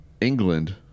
England